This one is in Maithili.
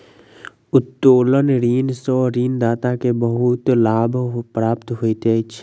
उत्तोलन ऋण सॅ ऋणदाता के बहुत लाभ प्राप्त होइत अछि